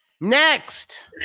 Next